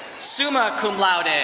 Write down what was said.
summa cum laude. and